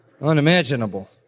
Unimaginable